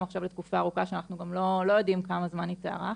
עכשיו לתקופה ארוכה שאנחנו גם לא יודעים כמה זמן היא תיארך.